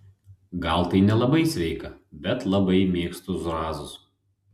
gal tai nelabai sveika bet labai mėgstu zrazus